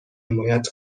حمایت